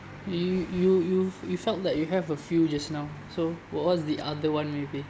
you you you you you felt like you have a few just now so what was the other one maybe